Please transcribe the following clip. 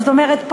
זאת אומרת,